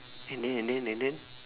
and then and then and then